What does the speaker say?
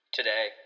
today